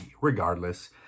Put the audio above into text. regardless